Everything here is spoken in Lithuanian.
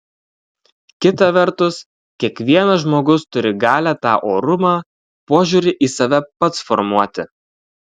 kita vertus kiekvienas žmogus turi galią tą orumą požiūrį į save pats formuoti